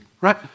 right